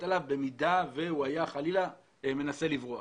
עליו במידה שהוא היה חלילה מנסה לברוח,